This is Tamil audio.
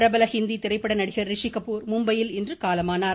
பிரபல ஹிந்தி திரைப்பட நடிகர் ரிஷி கபூர் மும்பையில் இன்று காலமானார்